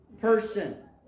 person